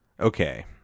Okay